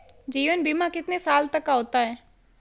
जीवन बीमा कितने साल तक का होता है?